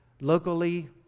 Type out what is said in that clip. locally